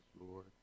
Lord